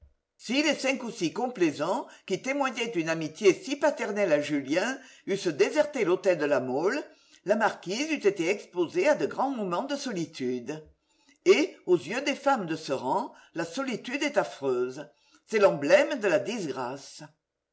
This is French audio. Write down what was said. si les cinq ou six complaisants qui témoignaient une amitié si paternelle à julien eussent déserté l'hôtel de la mole la marquise eût été exposée à de grands moments de solitude et aux veux des femmes de ce rang la solitude est affreuse c'est l'emblème de la disgrâce